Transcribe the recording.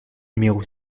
numéro